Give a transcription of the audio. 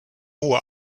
hohe